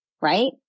right